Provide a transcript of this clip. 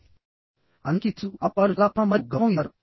అందరికీ తెలుసు అప్పుడు వారు చాలా ప్రేమ మరియు గౌరవం ఇస్తారు